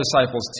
disciples